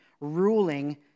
ruling